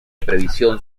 previsión